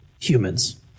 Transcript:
humans